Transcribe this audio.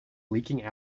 leaking